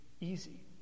easy